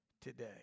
today